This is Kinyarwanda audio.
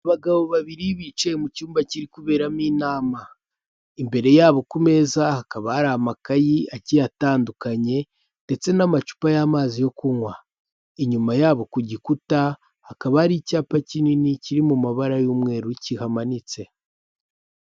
Abagabo babiri bicaye mu cyumba kiri kuberamo inama, imbere yabo ku meza hakaba hari amakayi agiye atandukanye, ndetse n'amacupa y'amazi yo kunywa, inyuma yabo ku gikuta hakaba hari icyapa kinini kiri mu mabara y'umweru kihamanitse.